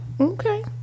Okay